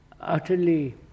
utterly